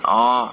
orh